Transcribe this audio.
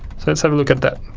so let's have a look at that.